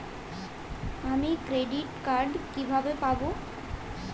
আমি credit card কিভাবে পাবো?